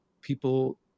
people